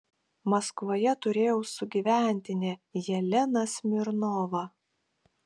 maskvoje turėjau sugyventinę jeleną smirnovą